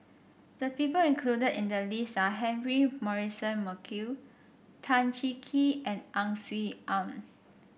the people included in the list are Humphrey Morrison Burkill Tan Cheng Kee and Ang Swee Aun